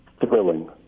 Thrilling